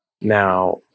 Now